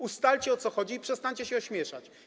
Ustalcie, o co chodzi, i przestańcie się ośmieszać.